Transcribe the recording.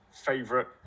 favorite